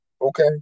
Okay